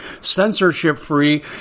censorship-free